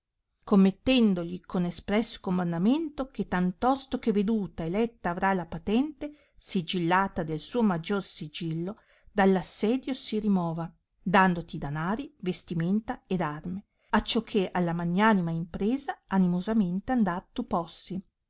trova commettendogli con espresso comandamento che tantosto che veduta e letta avrà la patente sigillata del suo maggior sigillo dall assedio si rimova dandoti danari vestimenta ed arme acciò che alla magnanima impresa animosamente andar tu possi